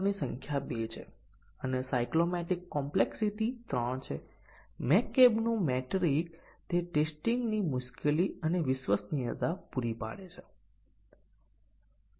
તેવી જ રીતે બીજી બેઝીક કન્ડીશન માટે કારણ કે તે સાચું અને ખોટા મૂલ્યો ધારે છે અને બાકીના કેટલાક સ્થિર મૂલ્ય પર રાખવામાં આવે છે આઉટપુટ ટોગલ કરે છે